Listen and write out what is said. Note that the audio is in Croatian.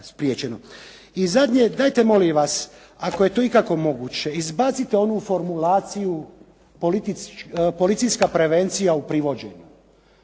I zadnje, dajte molim vas ako je to ikako moguće izbacite onu formulaciju policijska prevencija u privođenju.